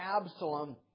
Absalom